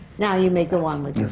now you may go on with your